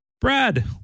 Brad